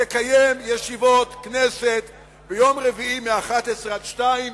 תקיים ישיבות כנסת ביום רביעי מ-11:00 עד 14:00,